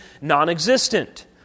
non-existent